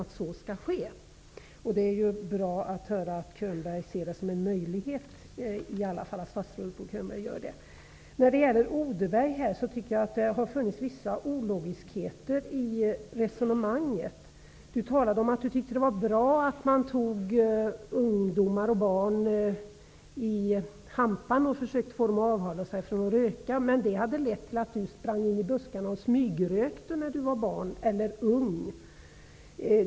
Det är bra att höra att statsrådet Bo Könberg ser det som en möjlighet. Jag tycker att det fanns vissa saker som var ologiska i Mikael Odenbergs resonemang. Han talade om att han tyckte att det var bra att man tog barn och ungdomar i hampan och försökte få dem att avhålla sig från att röka. Men han säger också att det ledde till att han sprang in i buskarna och tjuvrökte.